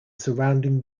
surrounding